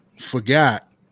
forgot